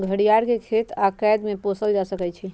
घरियार के खेत आऽ कैद में पोसल जा सकइ छइ